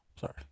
Sorry